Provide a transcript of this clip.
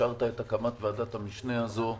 שאפשרת את הקמת ועדת המשנה הזאת.